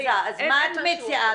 עליזה, אז מה את מציעה?